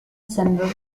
central